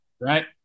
right